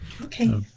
okay